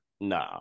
No